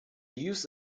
use